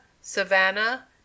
savannah